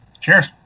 Cheers